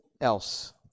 else